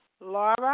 Laura